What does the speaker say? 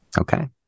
Okay